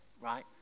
right